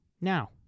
Now